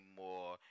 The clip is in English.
more